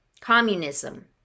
Communism